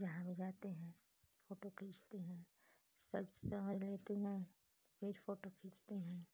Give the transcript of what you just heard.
जहाँ भी जाते हैं फ़ोटो खींचती हूँ सज सँवर लेती हूँ फिर फ़ोटो खींचती हूँ